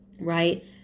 right